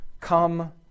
Come